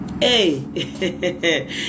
Hey